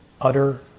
utter